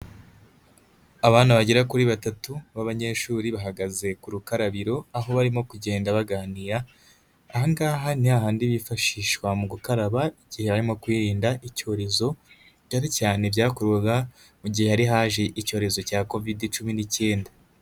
Abana bagera kuri batatu b'abanyeshuri, bahagaze ku rukarabiriro, aho barimo kugenda baganira. Aha ngaha ni hahandi bifashishwa mu gukaraba, igihe harimo kwirinda icyorezo, cyane cyane byakorwaga mu gihe hari haje icyorezo cya Covid cumi n'icyenda.